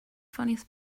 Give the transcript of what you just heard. funniest